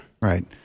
Right